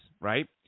right